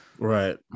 Right